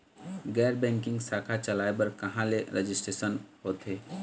गैर बैंकिंग शाखा चलाए बर कहां ले रजिस्ट्रेशन होथे?